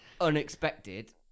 unexpected